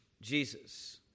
Jesus